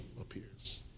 appears